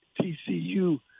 TCU